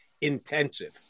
intensive